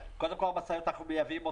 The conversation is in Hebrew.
קודם כול, את המשאיות אנחנו מייבאים מאירופה.